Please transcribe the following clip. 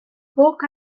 poc